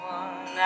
one